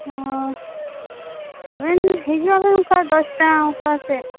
ᱦᱚ ᱟᱵᱮᱱ ᱦᱤᱡᱩᱜ ᱟᱵᱮᱱ ᱚᱱᱠᱟ ᱫᱚᱥᱴᱟ ᱚᱱᱠᱚ ᱥᱮᱫ